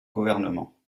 gouvernement